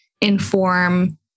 inform